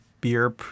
Beer